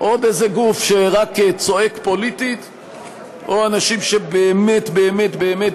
עוד איזה גוף שרק צועק פוליטית או אנשים שבאמת באמת באמת